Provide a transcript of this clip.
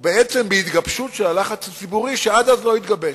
ובעצם בהתגבשות של הלחץ הציבורי, שעד אז לא התגבש.